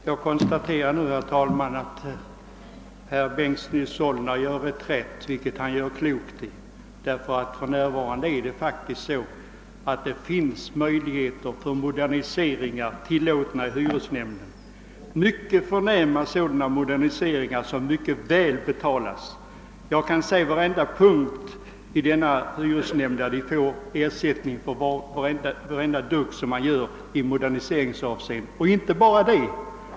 Herr talman! Jag konstaterar nu att herr Bengtson i Solna slagit till reträtt, vilket han gjorde klokt i. För närvarande finns det nämligen möjligheter att få moderniseringsarbeten tillåtna av hyresnämnden och även mycket förnämliga sådana som betalar sig mycket bra. Vederbörande får ersättning från hyresnämnden för vartenda dugg som görs i moderniseringsavseende och inte bara det.